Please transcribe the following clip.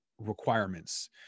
requirements